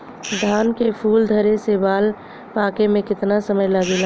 धान के फूल धरे से बाल पाके में कितना समय लागेला?